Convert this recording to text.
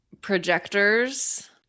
Projectors